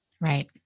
Right